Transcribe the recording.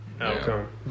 outcome